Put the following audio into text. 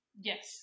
yes